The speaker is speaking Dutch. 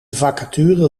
vacature